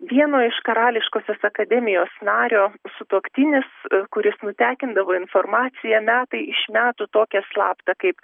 vieno iš karališkosios akademijos nario sutuoktinis kuris nutekindavo informaciją metai iš metų tokią slaptą kaip